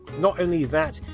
not only that,